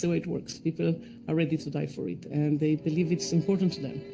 so it works. people are ready to die for it, and they believe it's important to them,